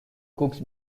cooks